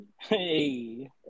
Hey